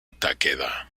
takeda